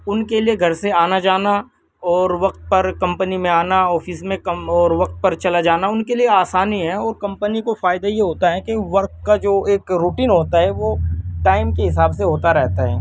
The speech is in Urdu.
ان کے لیے گھر سے آنا جانا اور وقت پر کمپنی میں آنا اور آفس میں کم اور وقت پر چلا جانا ان کے لیے آسانی ہے وہ کمپنی کو فائدہ ہی ہوتا ہے کہ ورک کا جو ایک روٹین ہوتا ہے وہ ٹائم کے حساب سے ہوتا رہتا ہے